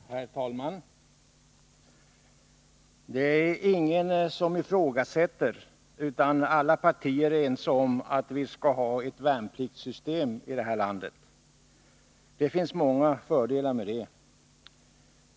Herr talman! Det är ingen som ifrågasätter — utan alla partier är ense om — att vi skall ha ett värnpliktssystem i det här landet. Det finns många fördelar med det.